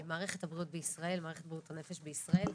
מערכת בריאות הנפש בישראל.